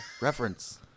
Reference